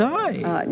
die